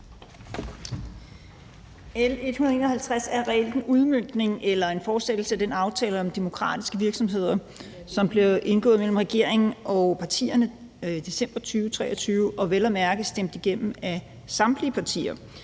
L 151 er en ren udmøntning eller en fortsættelse af den aftale om demokratiske virksomheder, som blev indgået mellem regeringen og Folketingets partier i december 2023, og som vel at mærke blev stemt igennem af samtlige partier.